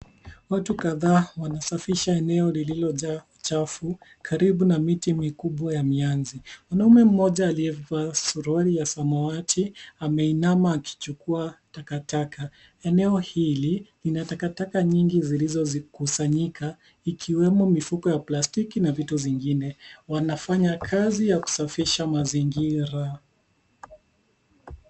Watu kadhaa wanasafisha eneo lililojaa uchafu, karibu na miti mikubwa ya mianzi. Mwanaume mmoja aliyevaa suruali ya samawati, ameinama akichukua takataka. Eneo hili, linatakataka nyingi zilizokusanyika, ikiwemo mifuko ya plastiki na vitu zingine. Wanafanya kazi ya kusafisha mazingira.